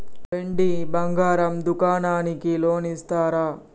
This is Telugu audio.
వెండి బంగారం దుకాణానికి లోన్ ఇస్తారా?